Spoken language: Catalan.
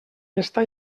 està